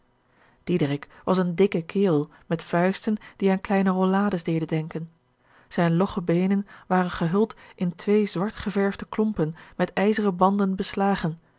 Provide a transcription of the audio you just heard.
was een dikke kerel met vuisten die aan kleine rollades deden denken zijne logge beenen waren gehuld in twee zwart geverwde klompen met ijzeren banden beslagen